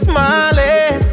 Smiling